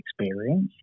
experience